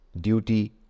duty